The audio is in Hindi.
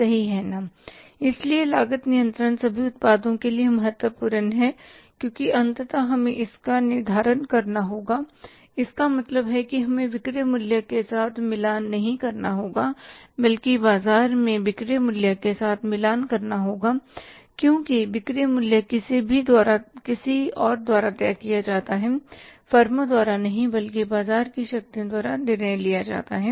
सही है ना इसलिए लागत नियंत्रण सभी उत्पादों के लिए महत्वपूर्ण है क्योंकि अंतत हमें इसका निर्धारण करना होगा इसका मतलब है कि हमें विक्रय मूल्य के साथ मिलान नहीं करना होगा बल्कि बाजार में विक्रय मूल्य के साथ मिलान करना होगा क्योंकि विक्रय मूल्य किसी और द्वारा तय किया जाता है फर्मों द्वारा नहीं बल्कि बाजार की शक्तियों द्वारा निर्णय लिया जाता है